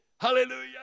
Hallelujah